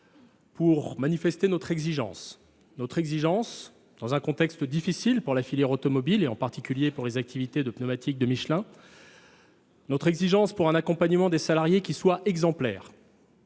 Nous avons exprimé notre exigence, dans un contexte difficile pour la filière automobile, en particulier pour les activités de pneumatiques de Michelin, d’un accompagnement des salariés qui soit exemplaire.